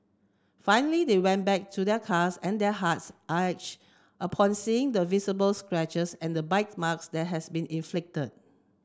finally they went back to their cars and their hearts ache upon seeing the visible scratches and bite marks that had been inflict